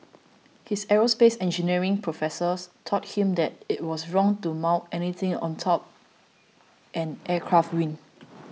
his aerospace engineering professors taught him that it was wrong to mount anything atop an aircraft wing